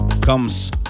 comes